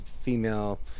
female